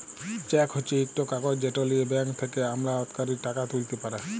cheque হছে ইকট কাগজ যেট লিঁয়ে ব্যাংক থ্যাকে আমলাতকারী টাকা তুইলতে পারে